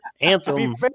Anthem